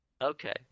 Okay